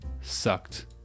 sucked